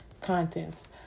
contents